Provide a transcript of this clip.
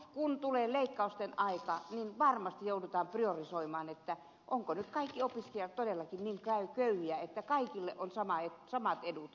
kun tulee leikkausten aika niin varmasti joudutaan priorisoimaan ovatko kaikki opiskelijat todellakin niin köyhiä että kaikilla on samat edut